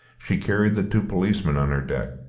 she carried the two policemen on her deck,